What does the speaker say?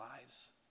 lives